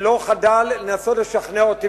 שלא חדל לשכנע אותי